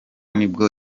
nibwo